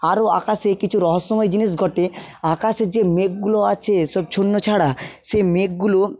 আরো আকাশে কিছু রহস্যময় জিনিস ঘটে আকাশে যে মেঘগুলো আছে সব ছন্নছাড়া সেই মেঘগুলো